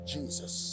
Jesus